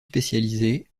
spécialisés